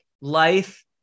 life